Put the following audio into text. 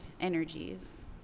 energies